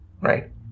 right